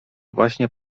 właśnie